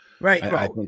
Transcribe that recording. Right